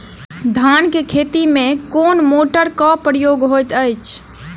धान केँ खेती मे केँ मोटरक प्रयोग होइत अछि?